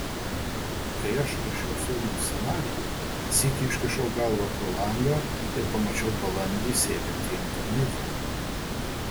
kai aš rašiau filmo scenarijų sykį iškišau galvą pro langą ir pamačiau balandį sėdintį ant karnizo